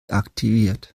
aktiviert